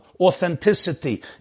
authenticity